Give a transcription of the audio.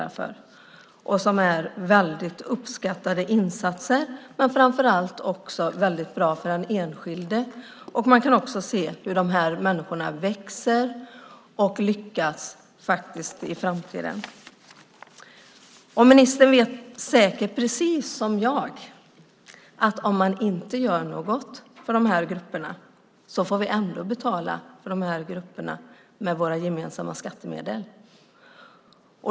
Det är väldigt uppskattade insatser men framför allt väldigt bra för den enskilde. Man kan också se hur de här människorna växer och lyckas i framtiden. Ministern vet säkert precis som jag att om man inte gör något för de här grupperna får vi ändå betala för dem med våra gemensamma skattemedel.